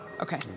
Okay